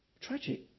Tragic